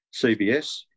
CBS